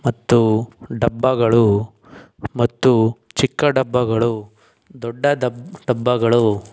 ಮತ್ತು ಡಬ್ಬಗಳು ಮತ್ತು ಚಿಕ್ಕ ಡಬ್ಬಗಳು ದೊಡ್ಡ ದಬ್ ಡಬ್ಬಗಳು